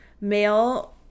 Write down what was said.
male